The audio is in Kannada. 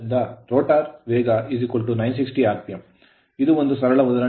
ಆದ್ದರಿಂದ rotor ರೋಟರ್ ವೇಗ 960 rpm ಇದು ಒಂದು ಸರಳ ಉದಾಹರಣೆಯಾಗಿತ್ತು